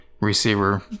receiver